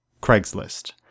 Craigslist